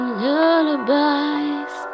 lullabies